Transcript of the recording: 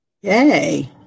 yay